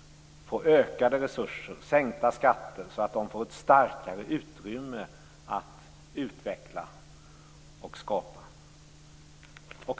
- få ökade resurser och sänkta skatter så att de får ett starkare utrymme för utveckling och skapande.